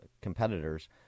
competitors